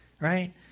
right